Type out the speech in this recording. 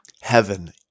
Heaven